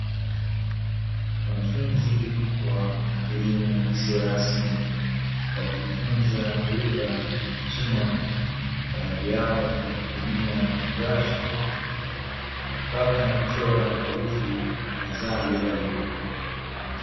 Wanafunzi wa elimu isiyo rasmi wakijifunza lugha ya kichina, baadhi yao wakitumia brashi kupaka na kuchora herufi za lugha hiyo.